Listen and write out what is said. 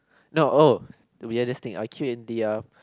no oh to be in this thing I queue in the a